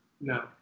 No